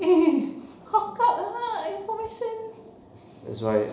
cough up lah information